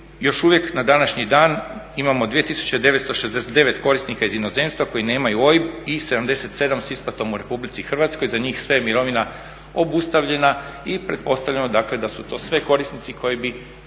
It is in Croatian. još uvijek na današnji dan imao 2969 korisnika iz inozemstva koji nemaju OIB i 77 s isplatom u RH. Za njih sve mirovina obustavljena i pretpostavljamo dakle da su to sve korisnici koji bi